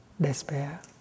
despair